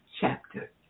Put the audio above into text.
chapter